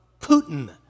Putin